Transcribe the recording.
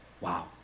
Wow